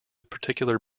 particular